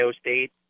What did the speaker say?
State